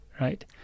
right